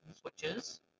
switches